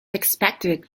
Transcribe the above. expected